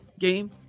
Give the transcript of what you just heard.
game